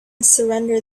surrender